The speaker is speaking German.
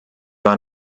war